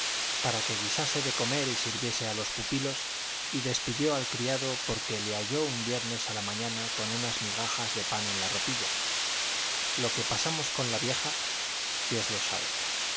para que guisase de comer y sirviese a los pupilos y despidió al criado porque le halló un viernes a la mañana con unas migajas de pan en la ropilla lo que pasamos con la vieja dios lo sabe